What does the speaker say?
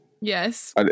yes